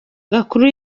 gakuru